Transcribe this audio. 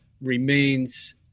remains